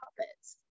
puppets